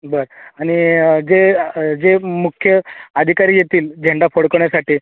बर आणि जे जे मुख्य अधिकारी येतील झेंडा फडकण्यासाठी